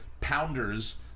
pounders